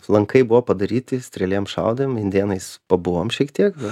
lankai buvo padaryti strėlėm šaudėm indėnais pabuvom šiek tiek